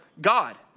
God